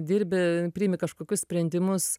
dirbi priimi kažkokius sprendimus